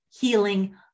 Healing